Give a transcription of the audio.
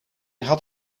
had